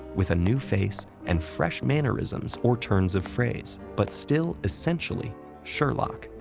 with a new face and fresh mannerisms or turns of phrase, but still essentially sherlock,